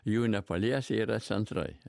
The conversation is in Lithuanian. jų nepalies jie yra centrai